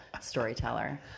storyteller